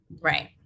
Right